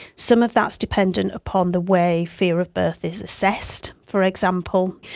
some of that is dependent upon the way fear of birth is assessed for example.